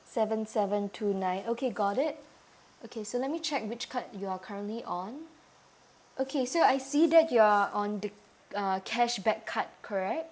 seven seven two nine okay got it okay so let me check which card you're currently on okay so I see that you're on the uh cashback card correct